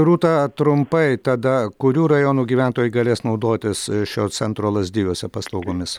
rūta trumpai tada kurių rajonų gyventojai galės naudotis šio centro lazdijuose paslaugomis